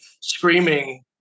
screaming